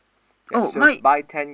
oh my